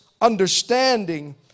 understanding